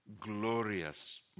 glorious